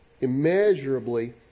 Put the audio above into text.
immeasurably